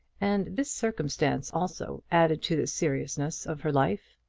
and this circumstance, also, added to the seriousness of her life.